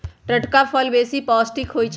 टटका फल बेशी पौष्टिक होइ छइ